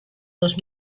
dos